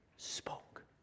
spoke